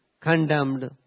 condemned